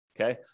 okay